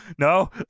No